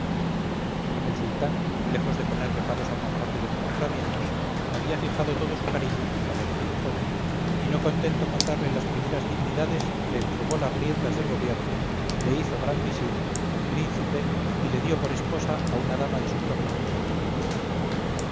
el sultán lejos de poner reparos a tan rápido encumbramiento había fijado todo su cariño en el favorecido joven y no contento con darle las primeras dignidades le entregó las riendas del gobierno le hizo gran visir príncipe y le dio por esposa a una dama de su propia familia